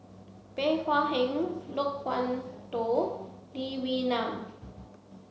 Bey Hua Heng Loke Wan Tho Lee Wee Nam